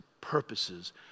purposes